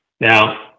Now